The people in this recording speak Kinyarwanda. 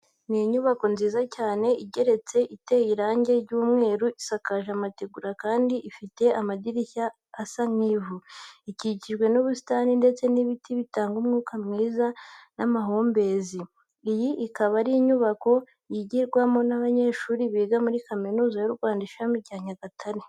Ni inyubako nziza cyane igeretse iteye irange ry'umweru, isakaje amategura kandi ifte amadirishya asa nk'ivu. Ikikijwe n'ubusitani ndetse n'ibiti bitanga umwuka mwiza n'amahumbezi. Iyi ikaba ari inyubako yigirwamo n'abanyeshuri biga muri Kaminuza y'u Rwanda ishami rya Nyagatare.